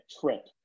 trip